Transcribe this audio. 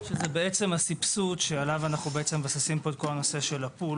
לנושא הסבסוד שאנו מבססים עליו את כל נושא הפול